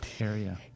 area